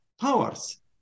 powers